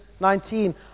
19